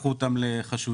הפכו אותם לחשודים.